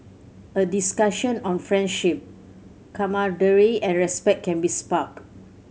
a discussion on friendship camaraderie and respect can be sparked